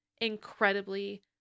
incredibly